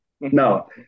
no